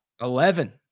eleven